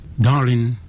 Darling